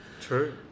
true